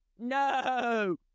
No